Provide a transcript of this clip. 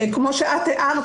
כמו שאת הערת